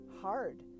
hard